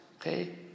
Okay